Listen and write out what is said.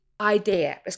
idea